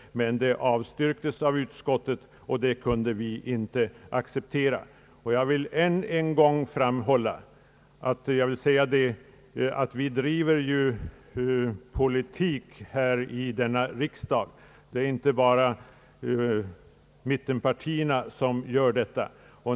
Detta yrkande avstyrktes dock av utskottet, vilket vi inte kunde acceptera. Alla partier i denna riksdag driver politik, inte bara mittenpartierna.